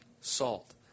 salt